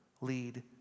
lead